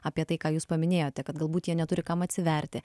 apie tai ką jūs paminėjote kad galbūt jie neturi kam atsiverti